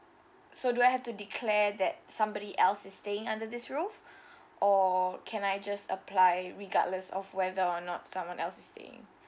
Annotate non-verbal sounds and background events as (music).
so do I have to declare that somebody else is staying under this roof (breath) or can I just apply regardless of whether or not someone else is staying